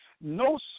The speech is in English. No